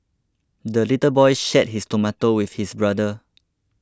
the little boy shared his tomato with his brother